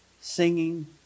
Singing